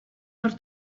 per